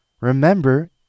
remember